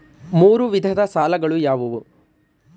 ಮೂರು ವಿಧದ ಸಾಲಗಳು ಯಾವುವು?